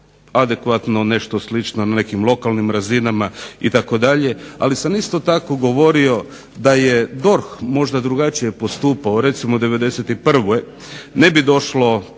adekvatno nešto slično na nekim lokalnim razinama itd., ali sam isto tako govorio da je DORH možda drugačije postupao recimo '91. ne bi došlo